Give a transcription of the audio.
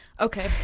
Okay